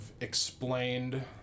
explained